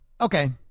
Okay